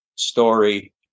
story